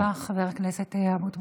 תודה רבה, חבר הכנסת אבוטבול.